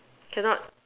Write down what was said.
cannot